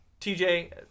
TJ